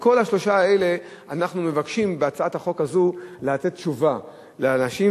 על כל השלושה האלה אנחנו מבקשים בהצעת החוק הזאת לתת תשובה לאנשים,